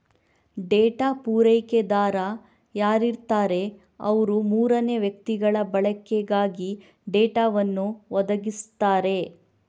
data ಪೂರೈಕೆದಾರ ಯಾರಿರ್ತಾರೆ ಅವ್ರು ಮೂರನೇ ವ್ಯಕ್ತಿಗಳ ಬಳಕೆಗಾಗಿ ಡೇಟಾವನ್ನು ಒದಗಿಸ್ತಾರೆ